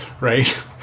right